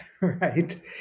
Right